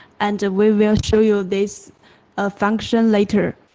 and we will show you this ah function later.